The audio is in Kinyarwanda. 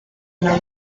nabo